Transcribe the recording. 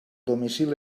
domicili